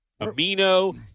amino